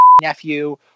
nephew